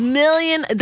million